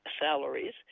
salaries